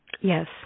Yes